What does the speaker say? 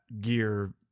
gear